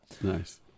Nice